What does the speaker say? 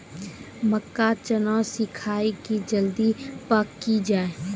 मक्का चना सिखाइए कि जल्दी पक की जय?